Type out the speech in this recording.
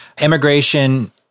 Immigration